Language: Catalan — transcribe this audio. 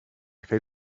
fer